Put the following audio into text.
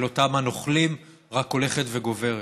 רק הולך וגובר.